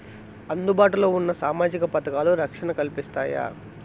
అందుబాటు లో ఉన్న సామాజిక పథకాలు, రక్షణ కల్పిస్తాయా?